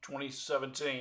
2017